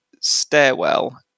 stairwell